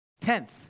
tenth